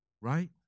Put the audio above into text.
Right